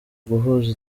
guhuza